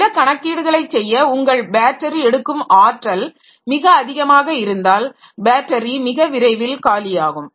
சில கணக்கீடுகளைச் செய்ய உங்கள் பேட்டரி எடுக்கும் ஆற்றல் மிக அதிகமாக இருந்தால் பேட்டரி மிக விரைவில் காலியாகும்